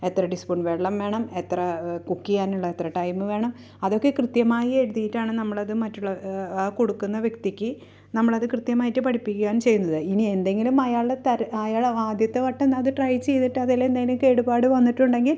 എത്ര ടീസ്പൂൺ വെള്ളം വേണം എത്ര കുക്ക് ചെയ്യാനുള്ളത് എത്ര ടൈമ് വേണം അതൊക്കെ കൃത്യമായ് എഴുതിയിട്ടാണ് നമ്മൾ അത് മറ്റുള്ള കൊടുക്കുന്ന വ്യക്തിക്ക് നമ്മൾ അത് കൃത്യമായിട്ട് പഠിപ്പിക്കാൻ ചെയ്യുന്നത് ഇനി എന്തെങ്കിലും അയാളുടെ തര അയാൾ ആദ്യത്തെ വട്ടം അത് ട്രൈ ചെയ്തിട്ട് അതിലെന്തെങ്കിലും കേടുപാട് വന്നിട്ടുണ്ടെങ്കിൽ